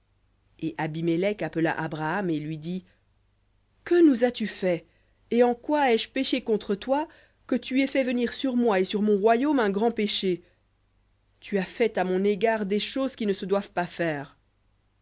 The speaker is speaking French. et abimélec appela abraham et lui dit que nous as-tu fait et en quoi ai-je péché contre toi que tu aies fait venir sur moi et sur mon royaume un grand péché tu as fait à mon égard des choses qui ne se doivent pas faire